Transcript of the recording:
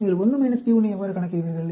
நீங்கள் 1 p1 ஐ எவ்வாறு கணக்கிடுவீர்கள்